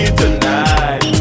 tonight